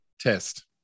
test